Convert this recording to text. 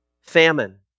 Famine